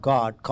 God